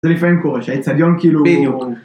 זה לפעמים קורה, שהאצטדיון כאילו... בדיוק.